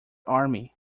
army